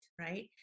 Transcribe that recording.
right